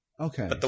okay